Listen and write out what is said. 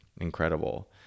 incredible